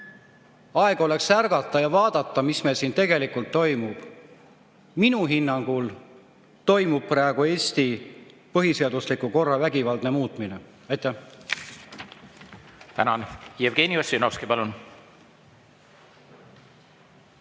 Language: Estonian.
Aeg oleks ärgata ja vaadata, mis meil siin tegelikult toimub. Minu hinnangul toimub praegu Eesti põhiseadusliku korra vägivaldne muutmine. Aitäh!